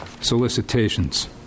solicitations